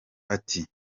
ati